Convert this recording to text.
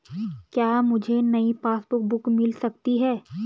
क्या मुझे नयी पासबुक बुक मिल सकती है?